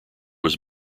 was